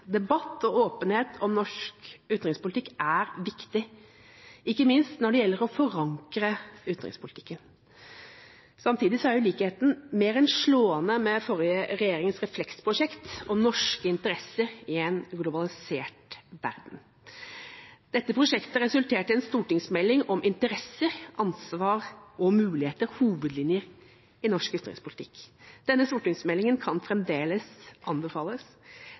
Debatt og åpenhet om norsk utenrikspolitikk er viktig, ikke minst når det gjelder å forankre utenrikspolitikken. Samtidig er likheten mer enn slående med den forrige regjeringas prosjekt Refleks – norske interesser i en globalisert verden. Dette prosjektet resulterte i en stortingsmelding om interesser, ansvar og muligheter – hovedlinjer i norsk utenrikspolitikk. Denne stortingsmeldinga kan fremdeles anbefales.